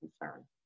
concern